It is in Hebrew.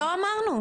לא אמרנו.